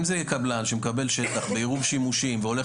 אם זה קבלן שמקבל שטח בעירוב שימושים והולך